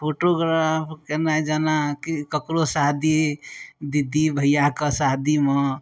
photograph केनाए जेनाकि ककरो शादी दीदी भइआके शादीमे